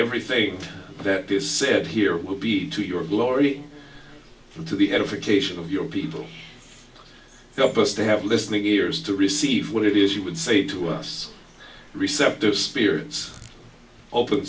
everything that is said here will be to your glory to the edification of your people help us to have listening ears to receive what it is you would say to us receptive spirits open